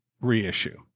reissue